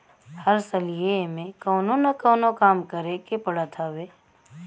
हर सलिए एमे कवनो न कवनो काम करे के पड़त हवे